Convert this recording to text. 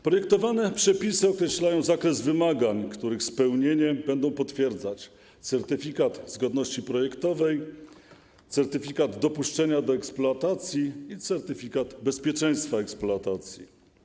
Projektowane przepisy określają zakres wymagań, których spełnienie będą potwierdzać certyfikat zgodności projektowej, certyfikat dopuszczenia do eksploatacji i certyfikat bezpieczeństwa eksploatacji.